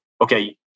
okay